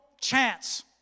chance